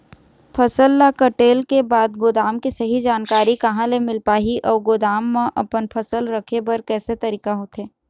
फसल ला कटेल के बाद गोदाम के सही जानकारी कहा ले मील पाही अउ गोदाम मा अपन फसल रखे बर कैसे तरीका होथे?